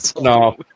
No